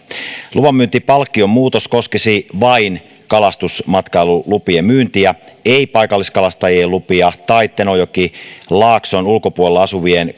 luvanmyyntipalkkion muutos koskisi vain kalastusmatkailulupien myyntiä ei paikalliskalastajien lupia tai tenojokilaakson ulkopuolella asuvien